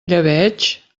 llebeig